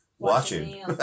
Watching